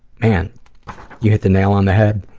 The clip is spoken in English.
man you hit the nail on the head.